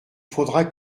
faudra